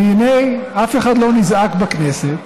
והינה, אף אחד לא נזעק בכנסת,